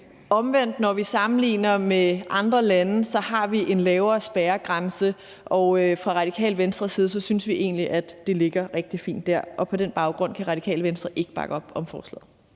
at når vi sammenligner os med andre lande, har vi en lavere spærregrænse, og fra Radikale Venstres side synes vi egentlig, at det ligger rigtig fint dér. På den baggrund kan Radikale Venstre ikke bakke op om forslaget.